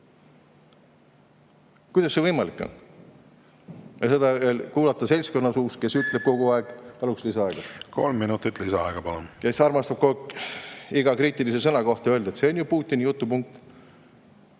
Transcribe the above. Kuidas see võimalik on? Ja seda veel kuulata seltskonna suust, kes ütleb kogu aeg … Paluks lisaaega. Kolm minutit lisaaega, palun! … kes armastab kogu aeg iga kriitilise sõna kohta öelda, et see on ju Putini jutupunkt?